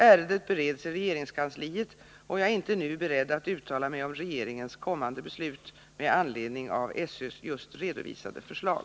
Ärendet bereds i regeringskansliet, och jag är inte nu beredd att uttala mig om regeringens kommande beslut med anledning av SÖ:s just redovisade förslag.